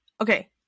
okay